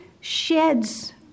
sheds